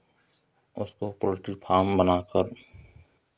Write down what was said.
उसको poultry farm बनाकर